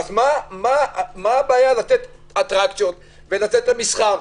מה הבעיה לתת אטרקציות ומסחר,